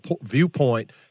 viewpoint